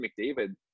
mcdavid